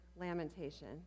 Lamentation